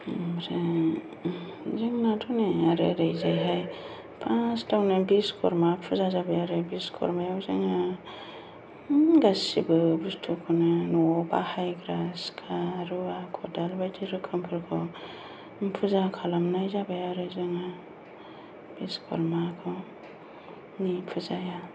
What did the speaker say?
ओमफ्राय जोंनाथ' नै आरो ओरैजायहाय फार्स्तावनो बिश्व'कर्मा फुजा जाबाय आरो बिश्व'कर्मायाव जोङो गासैबो बस्तुखौनो न'आव बाहायग्रा सिखा रुवा खदाल बायदि रोखोमफोरखौ फुजा खालामनाय जाबाय आरो जोङो बिश्व'कर्मानि फुजायाव